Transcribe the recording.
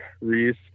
Reese